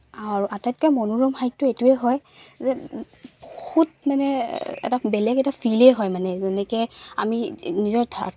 আৰু আটাইতকৈ মনোৰম সাহিত্য এইটোৱে হয় যে বহুত মানে এটা বেলেগ এটা ফিলেই হয় মানে যেনেকৈ আমি নিজৰ